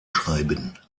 schreiben